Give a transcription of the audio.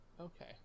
Okay